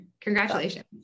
Congratulations